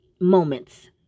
moments